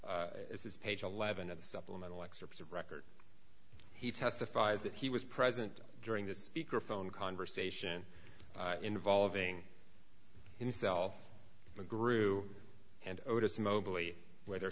this is page eleven of the supplemental excerpts of record he testifies that he was present during the speaker phone conversation involving himself mcgrew and otis mobley where they're